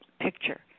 picture